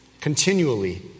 Continually